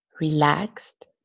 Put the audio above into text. relaxed